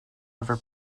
ever